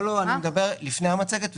לא, אני מדבר לפני המצגת.